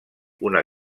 una